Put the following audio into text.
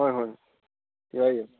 ꯍꯣꯏ ꯍꯣꯏ ꯌꯥꯏ ꯌꯥꯏ